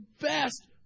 best